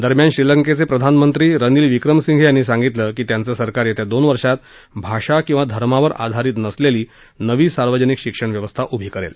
दरम्यान श्रीलंकेचे प्रधानमंत्री रनील विक्रमसिंघे यांनी सांगितलं की त्यांचं सरकार येत्या दोन वर्षांत भाषा किंवा धर्मावर आधारित नसलेली नवी सार्वजनिक शिक्षण व्यवस्था उभी करेल